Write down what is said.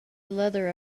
leather